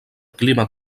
clima